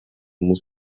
muss